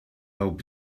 hope